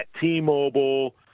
T-Mobile